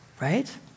right